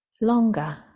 longer